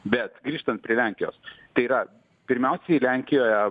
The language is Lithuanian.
bet grįžtant prie lenkijos tai yra pirmiausiai lenkijoje